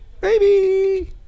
baby